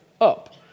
up